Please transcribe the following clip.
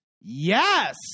yes